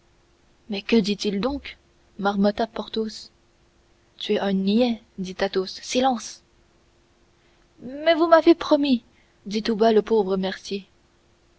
mais que dit-il donc marmotta porthos tu es un niais dit athos silence mais vous m'avez promis dit tout bas le pauvre mercier